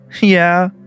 Yeah